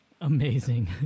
Amazing